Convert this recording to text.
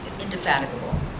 indefatigable